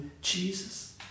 Jesus